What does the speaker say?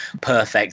perfect